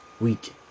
week